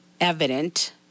evident